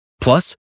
Plus